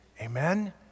Amen